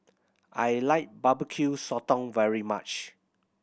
I like Barbecue Sotong very much